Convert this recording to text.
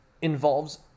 Involves